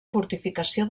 fortificació